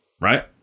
right